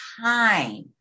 time